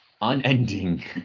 Unending